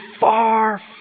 far